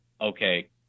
okay